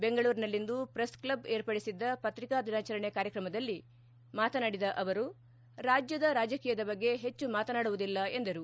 ಬೆಂಗಳೂರಿನಲ್ಲಿಂದು ಪ್ರೆಸ್ಕ್ಲಬ್ ಏರ್ಪಡಿಸಿದ್ದ ಪತ್ರಿಕಾ ದಿನಾಚರಣೆ ಕಾರ್ಯತ್ರಮದಲ್ಲಿ ಮಾತನಾಡಿದ ಅವರು ರಾಜ್ಯದ ರಾಜಕೀಯದ ಬಗ್ಗೆ ಹೆಚ್ಚು ಮಾತನಾಡುವುದಿಲ್ಲ ಎಂದರು